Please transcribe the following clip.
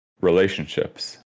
relationships